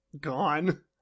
gone